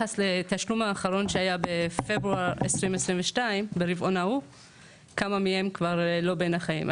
ביחס לתשלום שהיה בפברואר 2022 כמה מהם כבר לא בין החיים.